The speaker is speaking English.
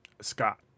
Scott